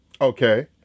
Okay